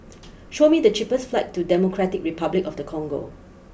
show me the cheapest flights to Democratic Republic of the Congo